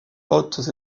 hautes